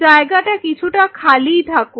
জায়গাটা কিছুটা খালিই থাকুক